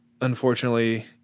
unfortunately